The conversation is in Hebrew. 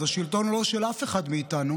אז השלטון לא של אף אחד מאיתנו,